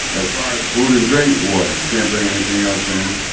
as far as food and drink water. you can't bring anything else in.